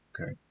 Okay